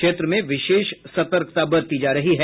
क्षेत्र में विशेष सतर्कता बरती जा रही है